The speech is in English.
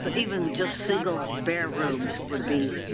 but even just single bare rooms would be